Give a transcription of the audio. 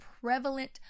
prevalent